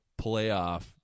playoff